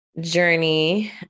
Journey